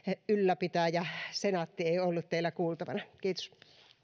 ylläpitäjä senaatti ei ollut teillä kuultavana kiitos